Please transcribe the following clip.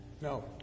No